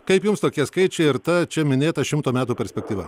kaip jums tokie skaičiai ir ta čia minėta šimto metų perspektyva